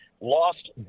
lost